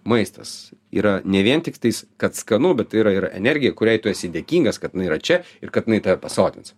maistas yra ne vien tiktais kad skanu bet tai yra ir energija kuriai tu esi dėkingas kad jinai yra čia ir kad jinai tave pasotins